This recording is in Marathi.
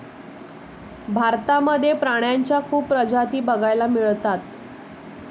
भारतामध्ये प्राण्यांच्या खूप प्रजाती बघायला मिळतात